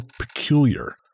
peculiar